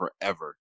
forever